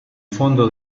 fondo